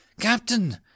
Captain